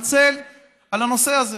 להתנצל על הנושא הזה.